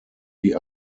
die